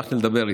הלכתי לדבר איתם.